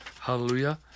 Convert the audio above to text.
Hallelujah